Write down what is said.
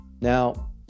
now